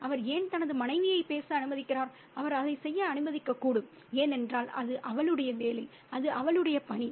அவர் ஏன் தனது மனைவியைப் பேச அனுமதிக்கிறார் அவர் அதைச் செய்ய அனுமதிக்கக்கூடும் ஏனென்றால் அது அவளுடைய வேலை அது அவளுடைய பணி